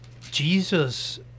Jesus